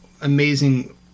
amazing